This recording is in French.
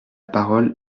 parole